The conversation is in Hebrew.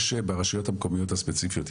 יש ברשויות המקומיות הספציפיות,